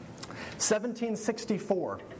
1764